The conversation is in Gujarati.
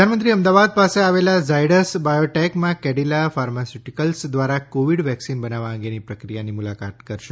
પ્રધાનમંત્રી અમદાવાદ પાસે આવેલા ઝાયડસ બાયોટેકમાં કેડીલા ફાર્માસ્યુટીકલ્સ ધ્વારા કોવિડ વેકસીન બનાવવા અંગેની પ્રક્રિયાની મુલાકાત કરશે